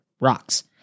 rocks